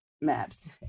maps